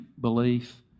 belief